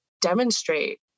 demonstrate